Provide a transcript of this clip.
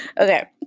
Okay